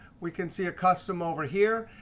we can see a custom over here.